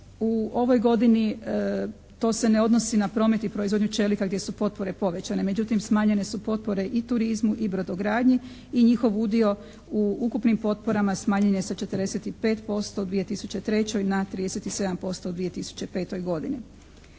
U ovoj godini to se ne odnosi na promet i proizvodnju čelika gdje su potpore povećane. Međutim, smanjene su potpore i turizmu i brodogradnji i njihov udio u ukupnim potporama smanjen je sa 45% u 2003. na 37% u 2005. godini.